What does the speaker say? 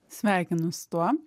sveikinu su tuo